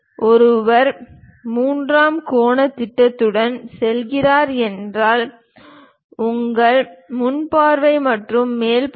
ஒருவர் மூன்றாம் கோணத் திட்டத்துடன் செல்கிறீர்கள் என்றால் உங்கள் முன் பார்வை மற்றும் மேல் பார்வை